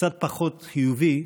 קצת פחות חיובי,